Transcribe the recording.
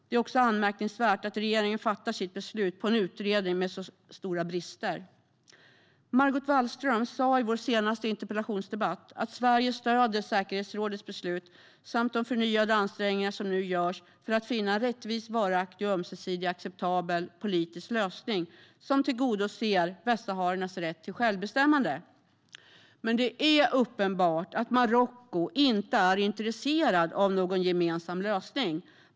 Det är också anmärkningsvärt att regeringen fattar sitt beslut mot bakgrund av en utredning med så stora brister. Margot Wallström sa i vår senaste interpellationsdebatt att Sverige stöder säkerhetsrådets beslut samt de förnyade ansträngningar som nu görs för att finna en rättvis, varaktig och ömsesidigt acceptabel politisk lösning som tillgodoser västsahariernas rätt till självbestämmande. Men det är uppenbart att Marocko inte är intresserat av någon gemensam lösning.